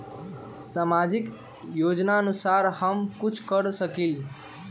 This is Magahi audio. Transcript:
सामाजिक योजनानुसार हम कुछ कर सकील?